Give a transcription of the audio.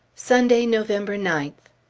sunday, november ninth.